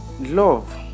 love